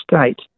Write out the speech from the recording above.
state